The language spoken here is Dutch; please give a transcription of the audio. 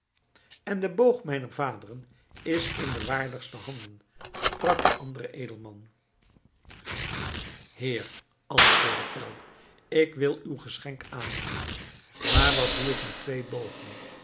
en de boog mijner vaderen is in de waardigste handen sprak de andere edelman heer antwoordde tell ik wil uw geschenk aannemen maar wat doe ik met twee